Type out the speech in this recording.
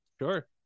Sure